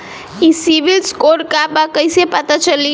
ई सिविल स्कोर का बा कइसे पता चली?